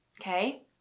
okay